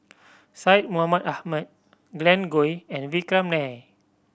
Syed Mohamed Ahmed Glen Goei and Vikram Nair